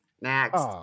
Next